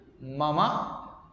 Mama